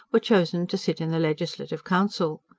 were chosen to sit in the legislative council.